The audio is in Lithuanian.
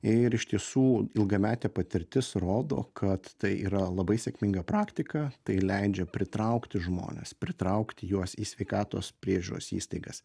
ir iš tiesų ilgametė patirtis rodo kad tai yra labai sėkminga praktika tai leidžia pritraukti žmones pritraukti juos į sveikatos priežiūros įstaigas